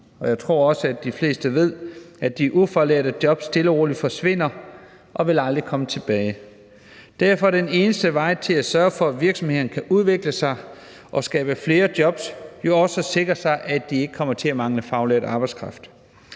Og jeg tror også, at de fleste ved, at de ufaglærte jobs stille og roligt forsvinder og aldrig vil komme tilbage. Derfor er den eneste vej til at sørge for, at virksomhederne kan udvikle sig og skabe flere jobs, jo også at sikre sig, at de ikke kommer til at mangle faglært arbejdskraft.